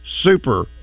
super